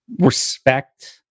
respect